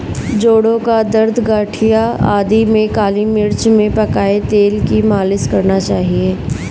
जोड़ों का दर्द, गठिया आदि में काली मिर्च में पकाए तेल की मालिश करना चाहिए